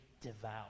devout